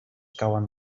cauen